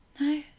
No